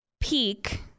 peak